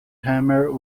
hammer